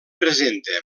presenta